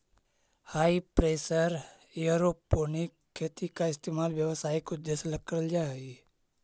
हाई pressure aeroponic खेती का इस्तेमाल व्यावसायिक उद्देश्य ला करल जा हई